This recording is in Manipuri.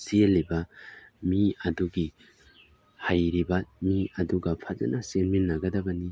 ꯆꯦꯜꯂꯤꯕ ꯃꯤ ꯑꯗꯨꯒꯤ ꯍꯩꯔꯤꯕ ꯃꯤ ꯑꯗꯨꯒ ꯐꯖꯅ ꯆꯦꯟꯃꯤꯟꯅꯒꯗꯕꯅꯤ